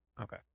Okay